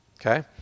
Okay